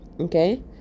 okay